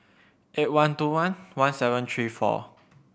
eight one two one one seven three four